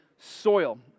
Soil